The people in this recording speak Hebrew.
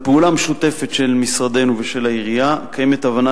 בפעולה משותפת של משרדנו ושל העירייה קיימת הבנה